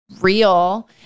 Real